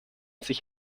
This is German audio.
sich